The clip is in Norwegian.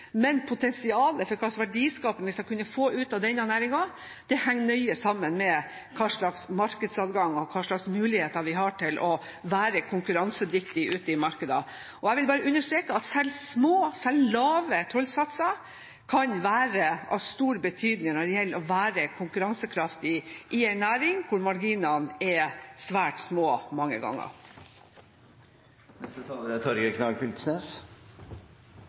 men potensialet for hvilken verdiskaping vi skal kunne få ut av disse næringene, henger nøye sammen med markedsadgang og hvilke muligheter vi har til å være konkurransedyktige ute i markedene. Og jeg vil understreke at selv lave tollsatser kan være av stor betydning når det gjelder å være konkurransekraftig i en næring hvor marginene mange ganger er svært små.